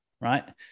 right